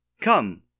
Come